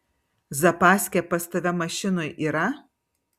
zapaskė pas tave mašinoj yra